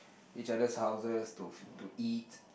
each other houses to to eat